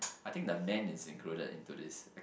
I think the man is included into this